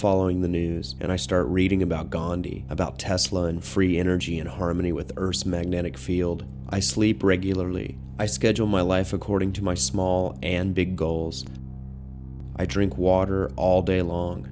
following the news and i start reading about gandhi about tesla and free energy and harmony with earth's magnetic field i sleep regularly i schedule my life according to my small and big goals i drink water all day long